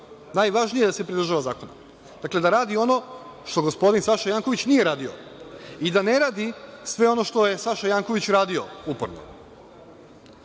Najvažnije je da se pridržava zakona. Dakle, da radi ono što gospodin Saša Janković nije radio i da ne radi sve ono što je Saša Janković uradio.